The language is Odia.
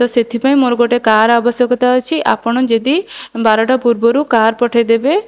ତ ସେଥିପାଇଁ ମୋର ଗୋଟେ କାର୍ ଆବଶ୍ୟକତା ଅଛି ଆପଣ ଯଦି ବାରଟା ପୂର୍ବରୁ କାର୍ ପଠାଇଦେବେ